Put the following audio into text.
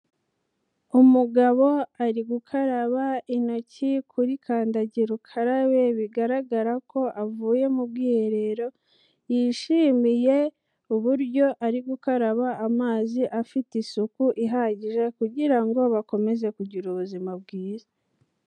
Umugabo ari gukaraba intoki kuri kandagira ukarabe, bigaragara ko avuye mu bwiherero yishimiye uburyo ari gukaraba amazi afite isuku ihagije kugira ngo bakomeze kugira ubuzima bwiza.